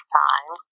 time